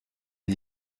les